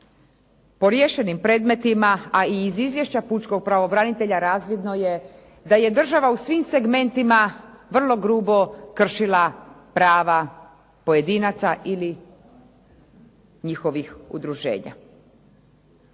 po riješenim predmetima a i iz izvješća pučkog pravobranitelja razvidno je da je država u svim segmentima vrlo grubo kršila prava pojedinaca ili njihovih udruženja